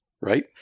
right